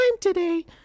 today